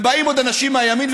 ובאים עוד אנשים מהימין,